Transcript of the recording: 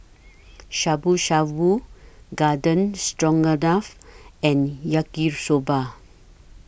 Shabu Shabu Garden Stroganoff and Yaki Soba